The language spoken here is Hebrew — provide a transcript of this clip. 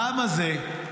העם הזה,